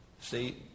See